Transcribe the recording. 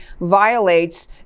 violates